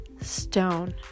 stone